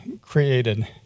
created